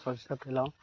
ସୋରିଷ ତେଲ